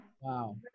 Wow